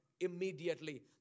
immediately